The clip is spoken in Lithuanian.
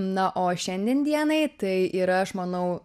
na o šiandien dienai tai yra aš manau